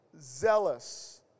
zealous